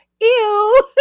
ew